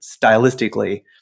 stylistically